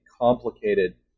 complicated